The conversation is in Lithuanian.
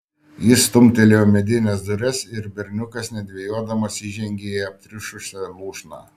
jis stumtelėjo medines duris ir berniukas nedvejodamas įžengė į aptriušusią lūšną